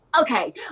okay